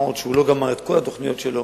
מה גם שהוא לא גמר את כל התוכניות שלו.